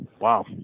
Wow